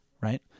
right